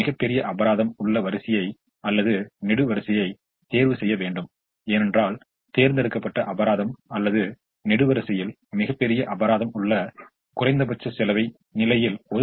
எனவே மிகப் பெரிய அபராதம் உள்ள வரிசை அல்லது நெடுவரிசையைத் தேர்வுசெய்ய வேண்டும் ஏனென்றால் தேர்ந்தெடுக்கப்பட்ட அபராதம் அல்லது நெடுவரிசையில் மிகப் பெரிய அபராதம் உள்ள குறைந்தபட்ச செலவை நிலையில் ஒதுக்கப்படுவதன் மூலம் அந்த பெரிய அபராதத்தை நாம் தவிர்க்க விரும்புகிறோம்